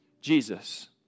Jesus